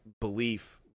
belief